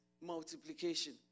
multiplication